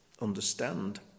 understand